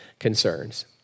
concerns